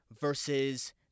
versus